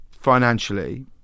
financially